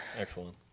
Excellent